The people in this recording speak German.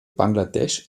bangladesch